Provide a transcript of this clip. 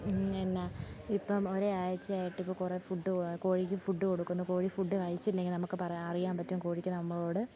എന്നാൽ ഇപ്പം ഒരേ ആഴ്ചയായിട്ട് ഇപ്പം കുറേ ഫുഡ് കോഴിക്ക് ഫുഡ് കൊടുക്കുന്നു കോഴി ഫുഡ് കഴിച്ചില്ലെങ്കിൽ നമുക്ക് പറയാം അറിയാൻ പറ്റും കോഴിക്ക് നമ്മളോട്